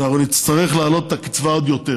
ואנחנו נצטרך להעלות את הקצבה עוד יותר.